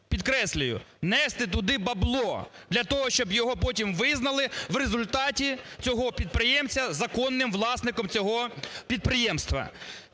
підкреслюю, нести туди "бабло", для того щоб його потім визнали в результаті, цього підприємця, законним власником цього підприємства.